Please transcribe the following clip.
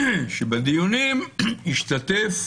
שבדיונים ישתתף